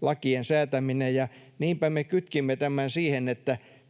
lakien säätäminen. Niinpä me kytkimme tämän siihen, että